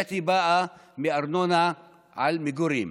באמת באות מארנונה על מגורים.